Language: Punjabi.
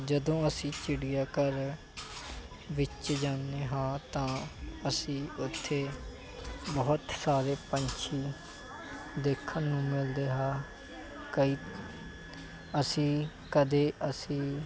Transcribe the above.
ਜਦੋਂ ਅਸੀਂ ਚਿੜੀਆਘਰ ਵਿੱਚ ਜਾਂਦੇ ਹਾਂ ਤਾਂ ਅਸੀਂ ਉੱਥੇ ਬਹੁਤ ਸਾਰੇ ਪੰਛੀ ਦੇਖਣ ਨੂੰ ਮਿਲਦੇ ਹੈ ਕਈ ਅਸੀਂ ਕਦੇ ਅਸੀਂ